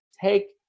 take